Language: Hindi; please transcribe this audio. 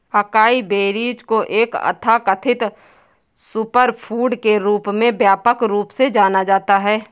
अकाई बेरीज को एक तथाकथित सुपरफूड के रूप में व्यापक रूप से जाना जाता है